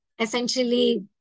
essentially